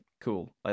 cool